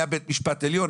היה בית משפט עליון,